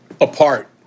Apart